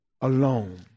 alone